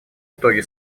итоги